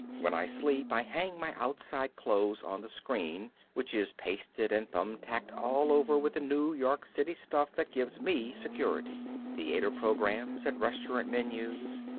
when i sleep i hang my outside clothes on the screen, which is pasted and thumbtacked all over with the new york city stuff that gives me security theater programs and restaurant menus,